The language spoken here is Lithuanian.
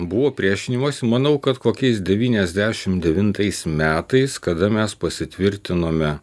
buvo priešinimosi manau kad kokiais devyniasdešimt devintais metais kada mes pasitvirtinome